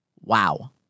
Wow